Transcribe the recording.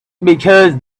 because